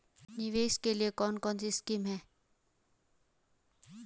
निवेश के लिए कौन कौनसी स्कीम हैं?